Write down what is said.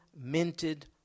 minted